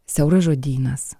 siauras žodynas